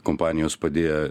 kompanijos padėję